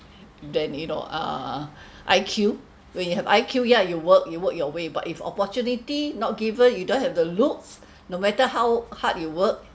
then you know uh I_Q when you have I_Q ya you work you work your way but if opportunity not given you don't have the looks no matter how hard you work